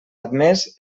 admès